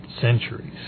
centuries